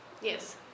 Yes